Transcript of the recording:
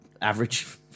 average